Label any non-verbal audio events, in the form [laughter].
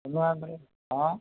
[unintelligible] অ'